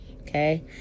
okay